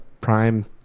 prime